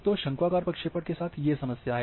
तो शंक्वाकार प्रक्षेपण के साथ ये समस्या है